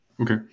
Okay